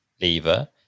lever